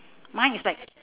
mine is like